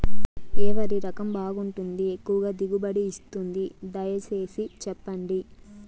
ఏ వరి రకం బాగుంటుంది, ఎక్కువగా దిగుబడి ఇస్తుంది దయసేసి చెప్పండి?